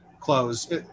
close